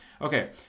Okay